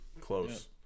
Close